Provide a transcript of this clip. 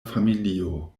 familio